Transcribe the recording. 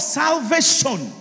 salvation